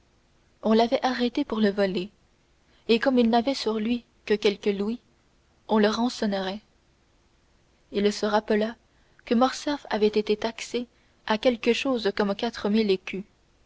on l'avait arrêté pour le voler et comme il n'avait sur lui que quelques louis on le rançonnerait il se rappela que morcerf avait été taxé à quelque chose comme quatre mille écus